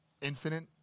infinite